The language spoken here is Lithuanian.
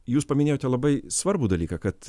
jūs paminėjote labai svarbų dalyką kad